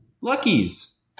Lucky's